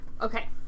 Okay